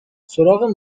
سراغ